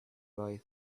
boy